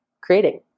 creating